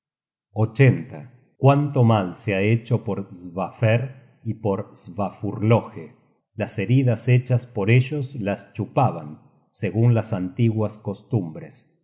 hermanas cuánto mal se ha hecho por svafer y por svafurloge las heridas hechas por ellos las chupaban segun las antiguas costumbres